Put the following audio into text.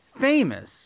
famous –